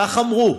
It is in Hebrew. כך אמרו.